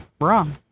wrong